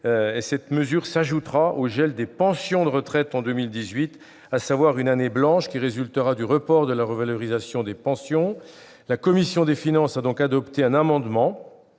laquelle s'ajoutera au gel des pensions de retraite en 2018, « année blanche » résultant du report de la revalorisation des pensions. La commission des finances a donc adopté un amendement